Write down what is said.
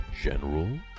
general